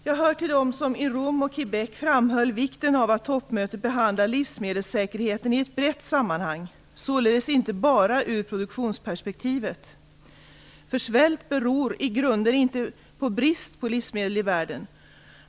Jag hör till dem som i Rom och Quebec framhöll vikten av att toppmötet behandlar livsmedelssäkerheten i ett brett sammanhang, således inte bara ur produktionsperspektivet, för svält beror i grunden inte på brist på livsmedel i världen.